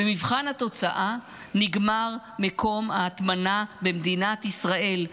במבחן התוצאה נגמר מקום ההטמנה במדינת ישראל,